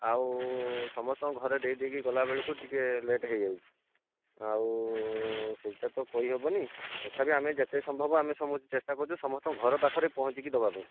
ଆଉ ସମସ୍ତଙ୍କ ଘରେ ଦେଇ ଦେଇକି ଗଲା ବେଳକୁ ଟିକିଏ ଲେଟ୍ ହେଇଯାଉଛି ଆଉ ସେଇଟା ତ କହିହେବନି ତଥାପି ଆମେ ଯେତେ ସମ୍ଭବ ଆମେ ସମସ୍ତେ ଚେଷ୍ଟା କରୁଛୁ ସମସ୍ତଙ୍କ ଘର ପାଖରେ ପହଁଞ୍ଚିକି ଦେବାପାଇଁ